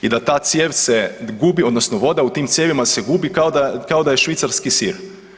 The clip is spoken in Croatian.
I da ta cijev se gubi odnosno voda u tim cijevima se gubi kao da je švicarski sir.